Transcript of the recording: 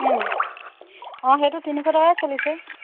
অঁ সেইটো তিনিশ টকাই চলিছে